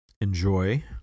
enjoy